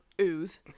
ooze